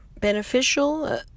beneficial